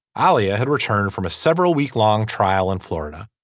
ah aliya had returned from a several week long trial in florida.